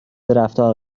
رفتار